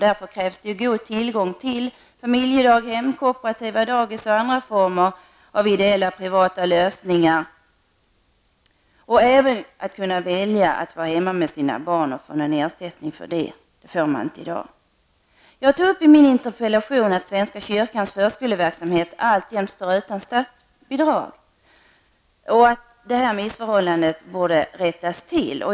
Därför krävs det god tillgång till familjedaghem, kooperativa dagis och andra former av ideella och privata lösningar. Man måste även kunna välja att vara hemma med sina barn och få ersättning för det. Det får man inte i dag. Jag tog i min interpellation upp det faktum att svenska kyrkans förskoleverksamhet alltjämt står utan statsbidrag. Jag anser att det missförhållandet bör rättas till.